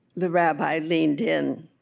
the rabbi leaned in.